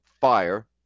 fire